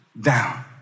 down